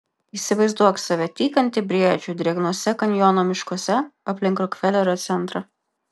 įsivaizduok save tykantį briedžių drėgnuose kanjono miškuose aplink rokfelerio centrą